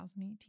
2018